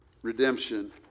Redemption